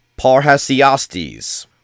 Parhasiastes